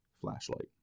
flashlight